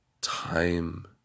Time